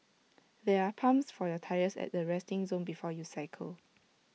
there are pumps for your tyres at the resting zone before you cycle